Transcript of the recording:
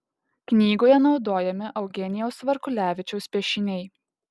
knygoje naudojami eugenijaus varkulevičiaus piešiniai